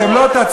ואתם לא תצליחו.